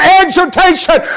exhortation